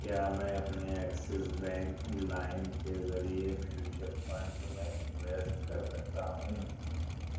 کیا میں اپنے ایکسس بینک لائم کے ذریعے میوچل فنڈز میں انویسٹ کر سکتا ہوں